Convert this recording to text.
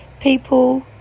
People